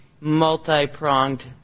multi-pronged